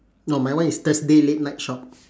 no my one is thursday late night shop